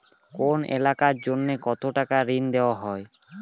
কোন এলাকার জন্য কত টাকা ঋণ দেয়া হয়?